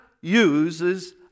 uses